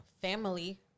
family